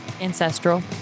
Ancestral